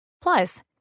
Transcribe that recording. Plus